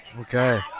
Okay